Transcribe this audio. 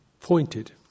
pointed